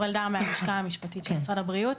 אני מהלשכה המשפטית של משרד הבריאות.